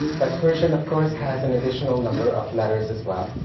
but, persian of course has an additional number of letters as well.